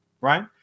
right